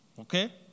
Okay